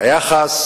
היחס